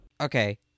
Okay